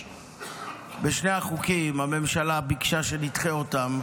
שני החוקים, הממשלה ביקשה שנדחה אותם,